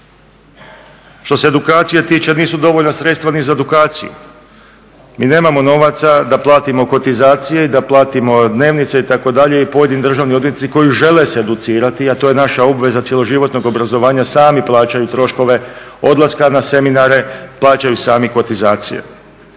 Što se edukacije tiče nisu dovoljna sredstva ni za edukaciju. Mi nemamo novaca da platimo kotizacije i da platimo dnevnice itd. i pojedini državni odvjetnici koji žele se educirati, a to je naša obveza cjeloživotnog obrazovanja sami plaćaju troškove odlaska na seminare, plaćaju sami kotizacije.